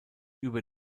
über